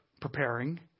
preparing